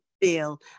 feel